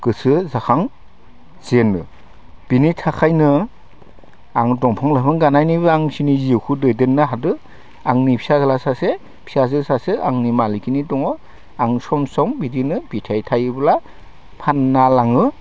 गोसो जाखां जेन बिनि थाखायनो आं दंफां लाइफां गायनायनिबो मानसिनि जिउखौ दैदेननो हादो आंनि फिसाज्ला सासे फिसाजो सासे आंनि मालिखनि दङ आं सम सम बिदिनो बिथाइ थाइयोब्ला फाननो लाङो